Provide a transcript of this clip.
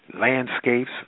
landscapes